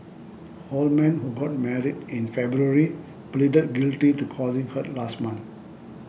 Holman who got married in February pleaded guilty to causing hurt last month